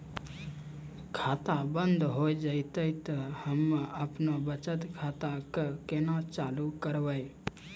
खाता बंद हो जैतै तऽ हम्मे आपनौ बचत खाता कऽ केना चालू करवै?